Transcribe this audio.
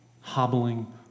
hobbling